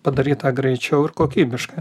padaryt tą greičiau ir kokybiškai